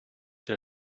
der